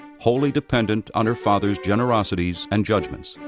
wholly dependent on her father's generosities and judgments.